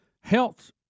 health